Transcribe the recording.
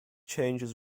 changes